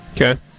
Okay